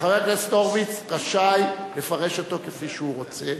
וחבר הכנסת הורוביץ רשאי לפרש אותו כפי שהוא רוצה,